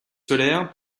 solaires